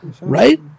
right